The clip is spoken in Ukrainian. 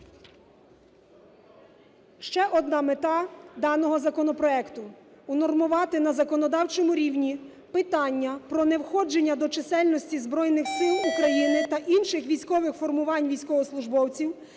Ще одна мета даного законопроекту. Унормувати на законодавчому рівні питання про невходження до чисельності Збройних Сил України та інших військових формувань військовослужбовців,